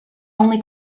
only